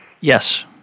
Yes